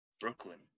Brooklyn